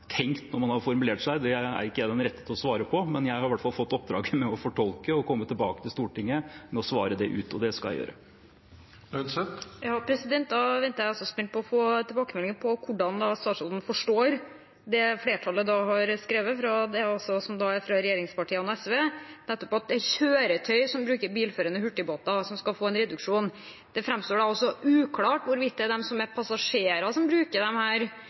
tenkt når man har formulert seg, det er ikke jeg den rette til å svare på, men jeg har i hvert fall fått oppdraget med å fortolke og komme tilbake til Stortinget med å svare det ut – og det skal jeg gjøre. Da venter jeg spent på å få tilbakemelding på hvordan statsråden forstår det flertallet har skrevet. Det som har kommet fra regjeringspartiene og SV, er nettopp at det er kjøretøy som bruker bilførende hurtigbåter, som skal få en reduksjon. Det framstår uklart hvorvidt passasjerer, som bruker disse framkomstmidlene, skal få den samme reduksjonen som det bilene får. Det er også slik at mange av de øyene dette gjelder, som